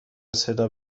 صدا